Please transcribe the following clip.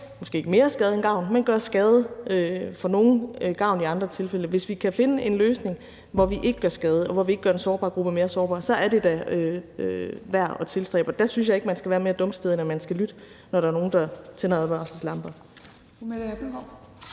måske ikke mere skade end gavn, men gøre skade for nogle og være til gavn i andre tilfælde. Hvis vi kan finde en løsning, hvor vi ikke gør skade, og hvor vi ikke gør den sårbare gruppe mere sårbar, så er det da værd at tilstræbe. Og der synes jeg ikke, at man skal være mere dumstædig, end at man skal lytte, når der er nogen, der tænder advarselslamperne.